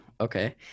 okay